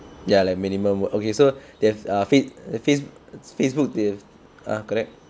ya like minimum [what] okay so there's a face the face facebook they are correct